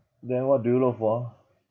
then what do you look for